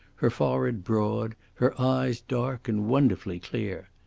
her forehead broad, her eyes dark and wonderfully clear.